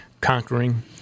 conquering